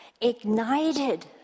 ignited